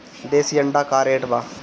देशी अंडा का रेट बा?